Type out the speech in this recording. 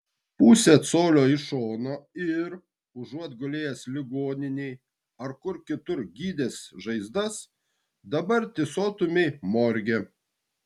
pusė colio į šoną ir užuot gulėjęs ligoninėje ar kur kitur gydęs žaizdas dabar tysotumei morge